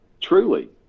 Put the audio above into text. truly